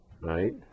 right